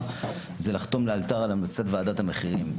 זה לחתום לאלתר על המלצת ועדת המחירים.